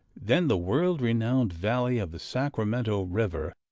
then the world-renowned valley of the sacramento river,